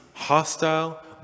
hostile